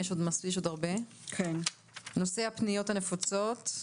נושאי הפניות הנפוצות,